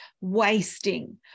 wasting